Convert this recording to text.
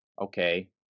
okay